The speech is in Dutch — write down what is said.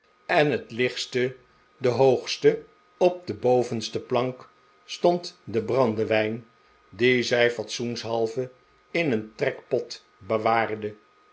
en het lichtste de juffrouw gamp thuis hoogste dp de bovenste plank stond de brandewijn dien zij fatsoenshalve in een trekpot bewaarde